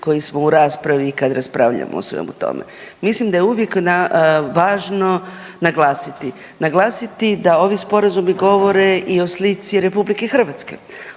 koji smo u raspravi kada raspravljamo o svemu tome. Mislim da je uvijek važno naglasiti, naglasiti da ovi sporazumi govore i o slici RH, ovakvi